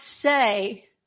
say